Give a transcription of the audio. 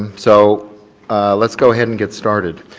um so let's go ahead and get started.